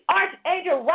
archangel